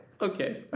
okay